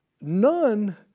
none